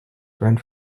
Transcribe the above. growing